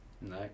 no